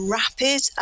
rapid